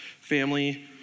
family